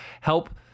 help